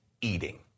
eating